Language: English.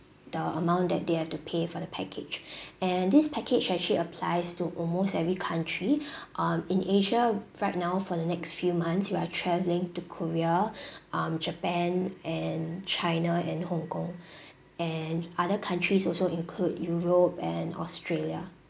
the amount that they have to pay for the package and this package actually applies to almost every country um in asia right now for the next few months where travelling to korea um japan and china and hong kong and other countries also include europe and australia